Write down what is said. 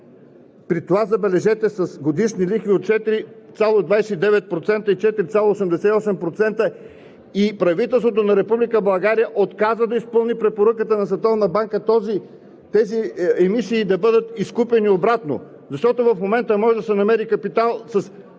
При това, забележете, с годишни лихви от 4,29% и 4,88% и правителството на Република България отказва да изпълни препоръката на Световната банка тези емисии да бъдат изкупени обратно, защото в момента може да се намери капитал с